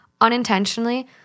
unintentionally